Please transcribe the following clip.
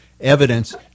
evidence